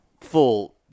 full –